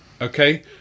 okay